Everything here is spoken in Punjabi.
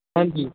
ਹਾਂਜੀ